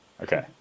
Okay